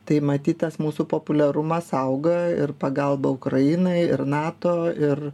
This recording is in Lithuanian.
tai matyt tas mūsų populiarumas auga ir pagalba ukrainai ir nato ir